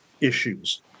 issues